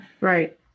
Right